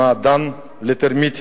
והוא מעדן לטרמיטים.